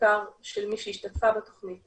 בעיקר של מי שהשתתפה בתוכנית,